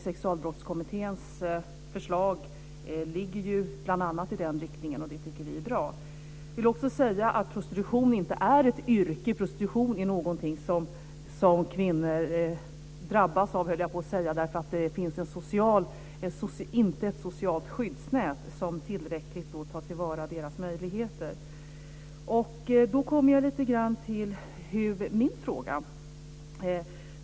Sexualbrottskommitténs förslag ligger ju bl.a. i den riktningen, och det tycker vi är bra. Jag vill också säga att prostitution inte är ett yrke. Prostitution är något som kvinnor drabbas av, höll jag på att säga, för att det inte finns något socialt skyddsnät som i tillräcklig utsträckning tar vara på deras möjligheter. Då kommer jag till min fråga.